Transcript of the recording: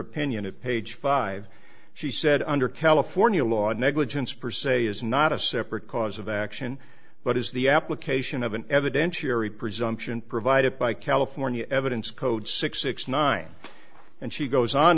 opinion at page five she said under california law negligence perceval is not a separate cause of action but is the application of an evidentiary presumption provided by california evidence code six six nine and she goes on